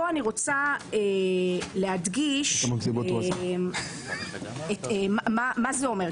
פה אני רוצה להדגיש מה זה אומר.